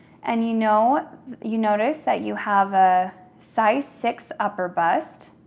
and you know you notice that you have a size six upper bust,